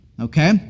Okay